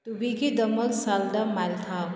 ꯇꯨꯕꯤꯒꯤꯗꯃꯛ ꯁꯦꯜꯗ ꯃꯦꯜ ꯊꯥꯎ